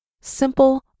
simple